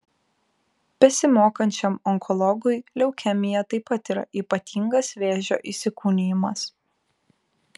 besimokančiam onkologui leukemija taip pat yra ypatingas vėžio įsikūnijimas